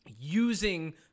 using